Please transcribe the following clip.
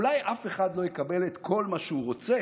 אולי אף אחד לא יקבל את כל מה שהוא רוצה,